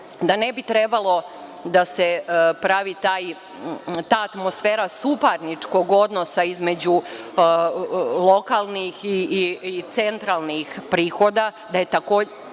da ne bi trebalo da se pravi ta atmosfera suparničkog odnosa između lokalnih i centralnih prihoda, da je takođe